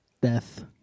death